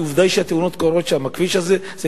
כי עובדה היא שקורות שם בכביש הזה תאונות.